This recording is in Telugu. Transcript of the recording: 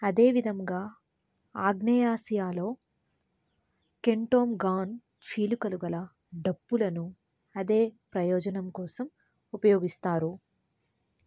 అదేవిధంగా ఆగ్నేయాసియాలో కెంటోంగాన్ చీలికలు గల డప్పులను అదే ప్రయోజనం కోసం ఉపయోగిస్తారు